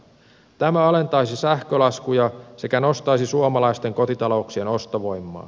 tämä alentaisi sähkölaskuja sekä nostaisi suomalaisten kotitalouksien ostovoimaa